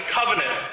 covenant